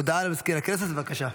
הודעה למזכיר הכנסת, בבקשה.